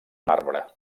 marbre